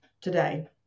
today